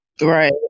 Right